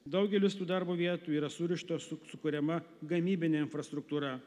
daugelis tų darbo vietų yra surištos su sukuriama gamybine infrastruktūra